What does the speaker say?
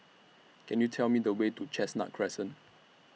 Can YOU Tell Me The Way to Chestnut Crescent